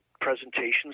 presentations